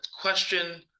question